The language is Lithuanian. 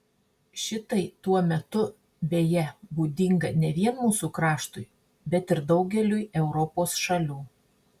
šitai tuo metu beje būdinga ne vien mūsų kraštui bet ir daugeliui europos šalių